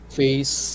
face